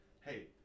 Hey